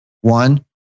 One